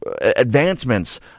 advancements